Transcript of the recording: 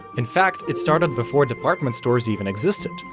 in fact, it started before department stores even existed,